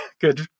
Good